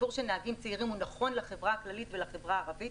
הסיפור של נהגים צעירים הוא נכון לחברה הכללית ולחברה הערבית.